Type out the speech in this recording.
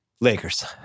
Lakers